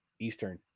Eastern